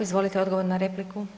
Izvolite odgovor na repliku.